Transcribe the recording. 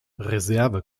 reserve